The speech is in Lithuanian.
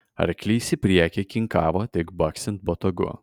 arklys į priekį kinkavo tik baksint botagu